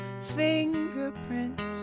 fingerprints